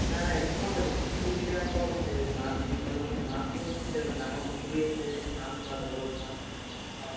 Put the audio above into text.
নাই নাই এইবোৰ চব আছে কৃষি বুলিলে চব আছে এইবোৰ মাছ মীন পালনো মাছো আছে ম ডাঙৰ পুখুৰী আছে ফাৰ্ম পূৰা ডাবল ফাৰ্ম